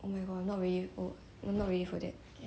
oh my god I'm not really no not ready for that